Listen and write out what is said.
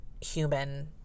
human